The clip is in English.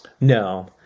No